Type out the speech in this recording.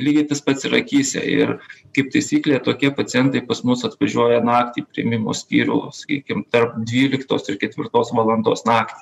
lygiai tas pats ir akyse ir kaip taisyklė tokie pacientai pas mus atvažiuoja naktį į priėmimo skyrių sakykim tarp dvyliktos ir ketvirtos valandos naktį